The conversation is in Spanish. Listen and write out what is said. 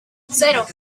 cero